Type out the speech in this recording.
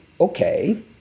okay